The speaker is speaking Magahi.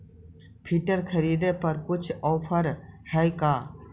फिटर खरिदे पर कुछ औफर है का?